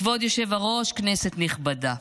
כבוד היושב-ראש, כנסת נכבדה,